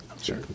Sure